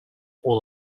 all